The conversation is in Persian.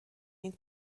این